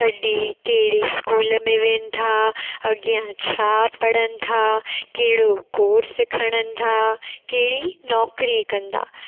तॾी कहिड़े बि स्कूल में वेंदा अॻियां छा पढ़ंदा कहिड़ो कोर्स खणंदा कहिड़ी नौकिरी कंदा